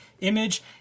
Image